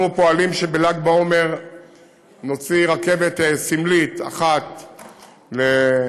אנחנו פועלים לכך שבל"ג בעומר נוציא רכבת סמלית אחת לנבחרי,